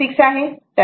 6 आहे